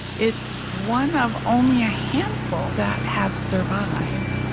it's one of only a handful that have survived.